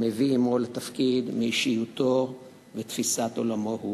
המביא עמו לתפקיד מאישיותו ותפיסת עולמו.